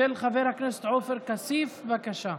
הצעה מס' 1356, של חבר הכנסת עופר כסיף, בבקשה.